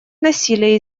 насилие